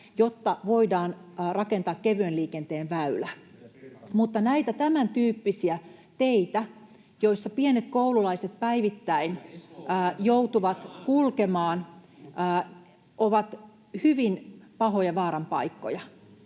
[Pauli Kiurun välihuuto — Timo Heinosen välihuuto] Nämä tämäntyyppiset tiet, joilla pienet koululaiset päivittäin joutuvat kulkemaan, ovat hyvin pahoja vaaranpaikkoja.